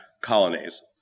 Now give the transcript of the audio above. colonies